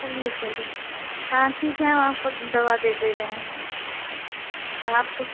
चलिए चलिए हाँ ठीक है हम आपको दवा दे दे रहे हैं तब आपको